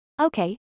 Okay